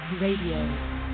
Radio